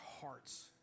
hearts